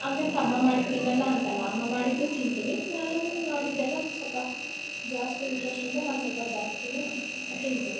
ಹಂಗಂತ ಅಮ್ಮ ಮಾಡಿದ್ದು ತಿನ್ನೊಲ್ಲ ಅಂತಲ್ಲ ಅಮ್ಮ ಮಾಡಿದ್ದು ತಿಂತೀನಿ ನಾನು ಮಾಡಿದೆಲ್ಲ ಸ್ವಲ್ಪ ಜಾಸ್ತಿ ಇಂಟ್ರೆಸ್ಟಿಂದ ನಾನು ಸ್ವಲ್ಪ ಜಾಸ್ತಿ ತಿಂತಿನಿ